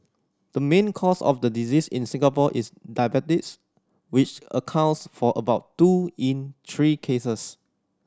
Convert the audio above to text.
the main cause of the disease in Singapore is diabetes which accounts for about two in three cases